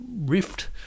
rift